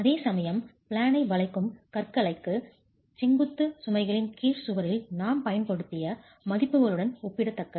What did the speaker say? அதேசமயம் பிளேனை வளைக்கும் கற்றைகளுக்கு செங்குத்து சுமைகளின் கீழ் சுவரில் நாம் பயன்படுத்திய மதிப்புகளுடன் ஒப்பிடத்தக்கது